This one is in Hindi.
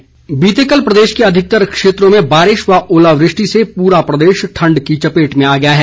मौसम बीते कल प्रदेश के अधिकतर क्षेत्रों में बारिश व ओलावृष्टि से पूरा प्रदेश ठंड की चपेट में आ गया है